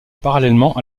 parallèlement